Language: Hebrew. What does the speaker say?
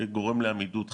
גורם לעמידות חלקית.